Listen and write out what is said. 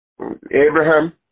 Abraham